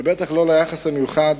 ובטח לא ליחס המיוחד